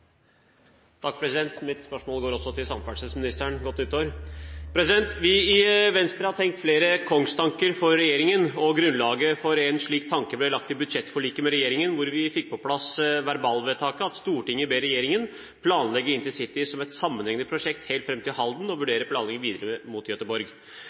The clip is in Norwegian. Mitt spørsmål går også til samferdselsministeren – godt nyttår! Vi i Venstre har tenkt flere kongstanker for regjeringen. Grunnlaget for én slik tanke ble lagt i budsjettforliket med regjeringen, hvor vi fikk på plass verbalvedtaket om at Stortinget ber regjeringen planlegge Intercity som et sammenhengende prosjekt helt fram til Halden og